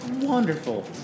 Wonderful